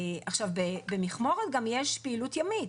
עכשיו, במכמורת ישנה גם פעילות ימית